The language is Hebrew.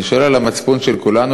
אני שואל על המצפון של כולנו,